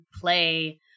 play